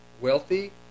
wealthy